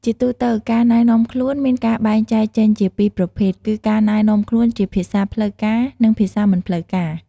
ជាទូទៅការណែនាំខ្លួនមានការបែងចែកចេញជាពីរប្រភេទគឺ ការណែនាំខ្លួនជាភាសាផ្លូវការ និងភាសាមិនផ្លូវការ។